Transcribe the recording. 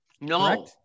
No